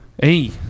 Hey